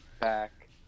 back